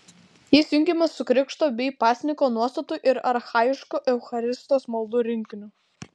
jis jungiamas su krikšto bei pasninko nuostatų ir archajiškų eucharistijos maldų rinkiniu